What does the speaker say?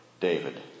David